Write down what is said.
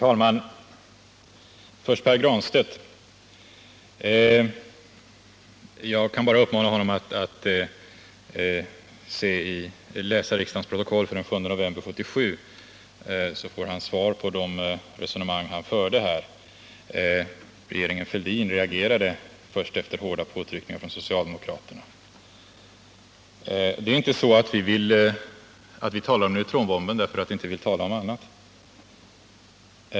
Herr talman! Jag vill börja med att uppmana Pär Granstedt att läsa riksdagens protokoll från den 7 november 1977, så får han svar när det gäller de resonemang han förde här. Regeringen Fälldin reagerade först efter hårda påtryckningar från socialdemokraterna. Det är inte så att vi talar om neutronbomben därför att vi inte vill tala om någonting annat.